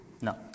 No